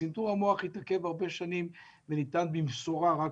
צנתור המוח התעכב הרבה שנים וניתן במשורה רק